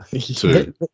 two